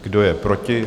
Kdo je proti?